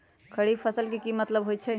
खरीफ फसल के की मतलब होइ छइ?